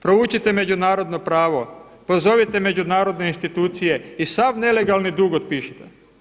Proučite međunarodno pravo, pozovite međunarodne institucije i sav nelegalni dug otpišite.